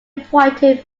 appointed